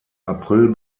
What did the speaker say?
april